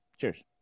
Cheers